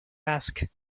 asked